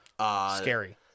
Scary